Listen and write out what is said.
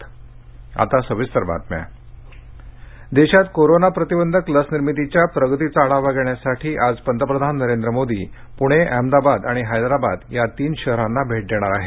पंतप्रधान देशात कोरोना प्रतिबंधक लस निर्मितीच्या प्रगतीचा आढावा घेण्यासाठी आज पंतप्रधान नरेंद्र मोदी पृणे अहमदाबाद आणि हैद्राबाद या तीन शहरांना भेट देणार आहेत